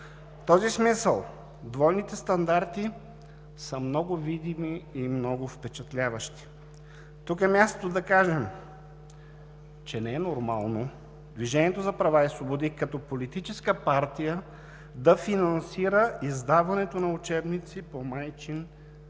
този смисъл двойните стандарти са много видими и много впечатляващи. Тук е мястото да кажем, че не е нормално „Движението за права и свободи“ като политическа партия да финансира издаването на учебници по майчин турски